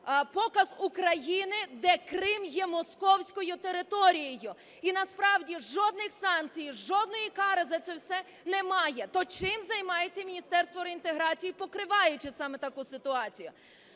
показ України, де Крим є московською територією. І насправді жодних санкцій, жодної кари за це все немає. То чим займається Міністерство реінтеграції, покриваючи саме таку ситуацію?